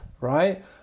right